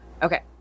Okay